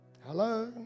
Hello